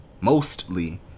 mostly